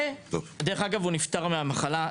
ודרך אגב הוא נפטר מהמחלה.